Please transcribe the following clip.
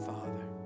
Father